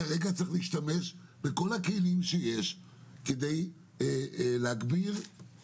כרגע צריך להשתמש בכל הכלים שיש כדי להגביר את המאבק,